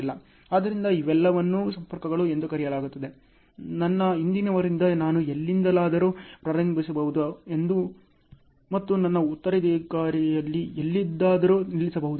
ಆದ್ದರಿಂದ ಇವೆಲ್ಲವನ್ನೂ ಸಂಪರ್ಕಗಳು ಎಂದು ಕರೆಯಲಾಗುತ್ತದೆ ನನ್ನ ಹಿಂದಿನವರಿಂದ ನಾನು ಎಲ್ಲಿಂದಲಾದರೂ ಪ್ರಾರಂಭಿಸಬಹುದು ಮತ್ತು ನನ್ನ ಉತ್ತರಾಧಿಕಾರಿಯಲ್ಲಿ ಎಲ್ಲಿಯಾದರೂ ನಿಲ್ಲಿಸಬಹುದು